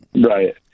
Right